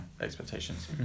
expectations